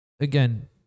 Again